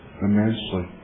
immensely